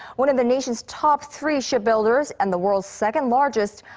one of the nation's top three shipbuilders and the world's second largest.